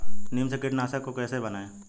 नीम से कीटनाशक कैसे बनाएं?